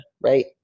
Right